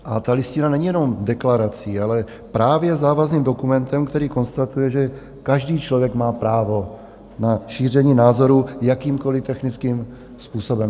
A ta Listina není jenom deklarací, ale právě závazným dokumentem, který konstatuje, že každý člověk má právo na šíření názoru jakýmkoliv technickým způsobem.